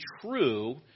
true